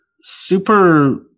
super